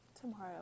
tomorrow